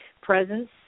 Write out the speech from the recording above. presence